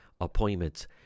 Appointments